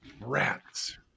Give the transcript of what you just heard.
Rats